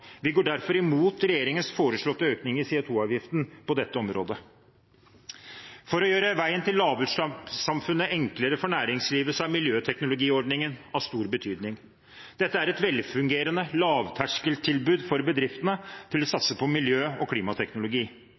Vi går derfor imot regjeringens foreslåtte økning i CO 2 -avgiften på dette området. For å gjøre veien til lavutslippssamfunnet enklere for næringslivet er miljøteknologiordningen av stor betydning. Dette er et velfungerende lavterskeltilbud for bedriftene til å satse på miljø- og klimateknologi.